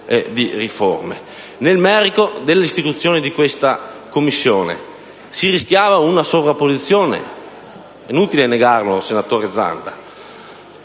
al merito della istituzione di questa Commissione: si rischiava una sovrapposizione - è inutile negarlo, senatore Zanda